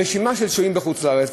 זאת רשימה של שוהים בחוץ-לארץ,